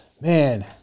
man